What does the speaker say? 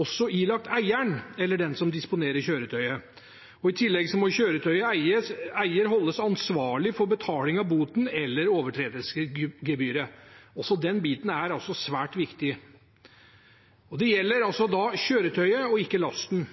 også ilagt eieren eller den som disponerer kjøretøyet. I tillegg må kjøretøyets eier holdes ansvarlig for betaling av boten eller overtredelsesgebyret. Den biten er svært viktig. Det gjelder da kjøretøyet og ikke lasten.